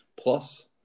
Plus